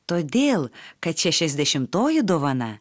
todėl kad šešiasdešimtoji dovana